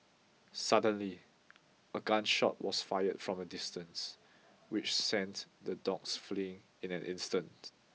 suddenly a gun shot was fired from a distance which sent the dogs fleeing in an instant